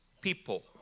people